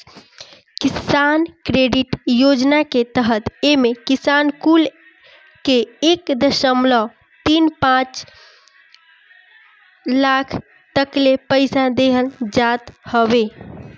किसान क्रेडिट योजना के तहत एमे किसान कुल के एक दशमलव तीन पाँच लाख तकले पईसा देहल जात हवे